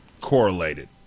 correlated